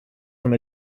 from